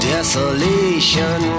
Desolation